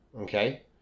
okay